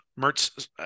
Mertz